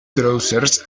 trousers